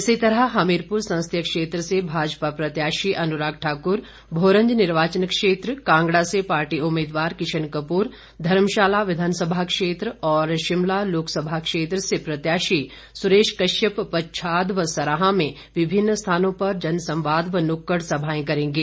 इसी तरह हमीरपुर संसदीय क्षेत्र से भाजपा प्रत्याशी अनुराग ठाकुर भोरंज निर्वाचन क्षेत्र कांगड़ा से पार्टी उम्मीदवार किशन कपूर धर्मशाला विधानसभा क्षेत्र और शिमला लोकसभा क्षेत्र से से प्रत्याशी सुरेश कश्यप पच्छाद व सराहां में विभिन्न स्थानों पर जनसंवाद व नुक्कड़ संभाएं करेंगे